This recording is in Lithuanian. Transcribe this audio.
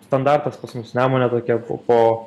standartas pas mus nemune tokia po po